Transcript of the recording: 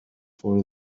for